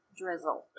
drizzle